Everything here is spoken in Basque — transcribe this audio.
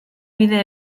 bide